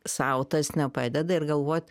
sau tas nepadeda ir galvot